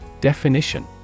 Definition